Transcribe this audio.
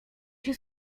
się